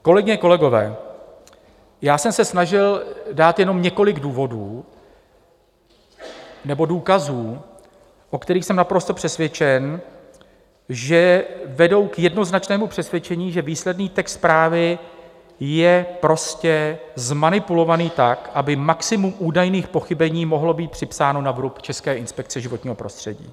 Kolegyně, kolegové, já jsem se snažil dát jenom několik důvodů nebo důkazů, o kterých jsem naprosto přesvědčen, že vedou k jednoznačnému přesvědčení, že výsledný text zprávy je zmanipulovaný tak, aby maximum údajných pochybení mohlo být připsáno na vrub České inspekce životního prostředí.